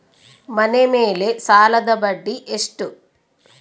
ಮನೆ ಮೇಲೆ ಸಾಲದ ಬಡ್ಡಿ ಎಷ್ಟು?